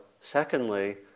secondly